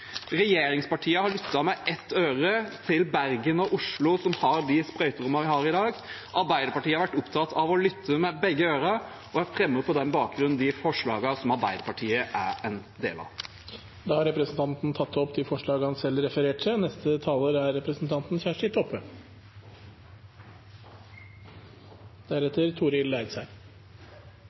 Regjeringspartiene har lyttet med ett øre til Bergen og Oslo, som har de sprøyterommene vi har i dag. Arbeiderpartiet har vært opptatt av å lytte med begge ører, og jeg fremmer på den bakgrunn de forslagene der Arbeiderpartiet er medforslagsstiller. Representanten Tellef Inge Mørland har tatt opp de forslagene han refererte til. Det er